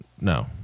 No